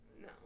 no